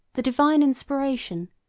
the divine inspiration,